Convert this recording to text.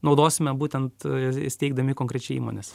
naudosime būtent įsteigdami konkrečiai įmones